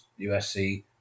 USC